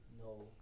no